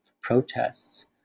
protests